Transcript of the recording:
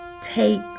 take